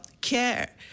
care